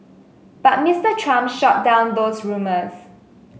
but Mister Trump shot down those rumours